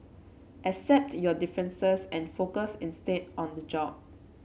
accept your differences and focus instead on the job